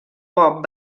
pop